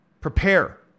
prepare